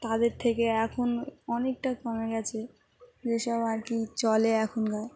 তাদের থেকে এখন অনেকটা কমে গেছে যেসব আর কি চলে এখন আর না